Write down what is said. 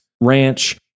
ranch